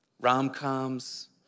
rom-coms